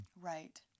Right